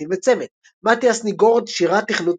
קרדיטים וצוות מתיאס ניגורד – שירה, תכנות